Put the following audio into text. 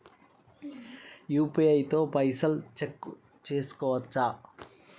UPI తో పైసల్ check చేసుకోవచ్చా?